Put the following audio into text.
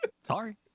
sorry